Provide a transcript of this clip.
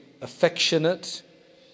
affectionate